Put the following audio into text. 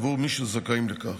בעבור מי שזכאים לכך,